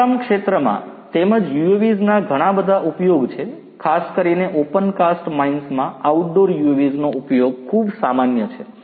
ખાણકામ ક્ષેત્રમાં તેમજ UAVs નાં ઘણાં બધા ઉપયોગ છે ખાસ કરીને ઓપનકાસ્ટ માઇન્સમાં આઉટડોર UAVs નો ઉપયોગ ખૂબ સામાન્ય છે